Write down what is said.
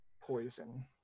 poison